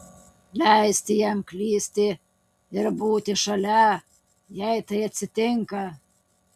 leisti jam klysti ir būti šalia jei tai atsitinka